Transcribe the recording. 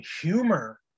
humor